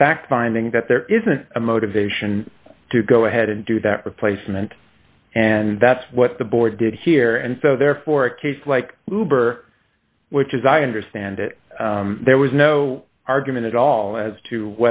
a fact finding that there isn't a motivation to go ahead and do that replacement and that's what the boy did here and so therefore a case like labor which as i understand it there was no argument at all as to